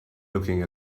looking